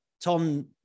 tom